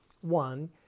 one